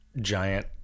giant